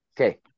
okay